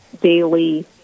daily